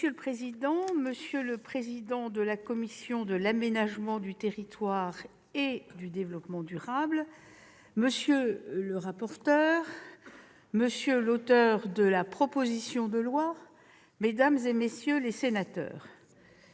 Monsieur le président, monsieur le président de la commission de l'aménagement du territoire et du développement durable, monsieur le rapporteur, monsieur l'auteur de la proposition de loi, mesdames, messieurs les sénateurs,